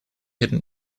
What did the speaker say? hidden